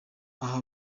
aha